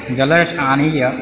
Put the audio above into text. जलम् आनीय